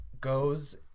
goes